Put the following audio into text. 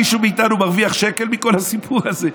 מישהו מאיתנו מרוויח שקל מכל הסיפור הזה?